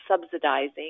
subsidizing